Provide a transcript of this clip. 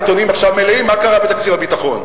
העיתונים מלאים עכשיו: מה קרה בתקציב הביטחון.